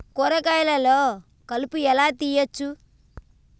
కూరగాయలలో కలుపు ఎలా తీయచ్చు?